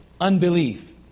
unbelief